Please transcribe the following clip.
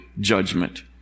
judgment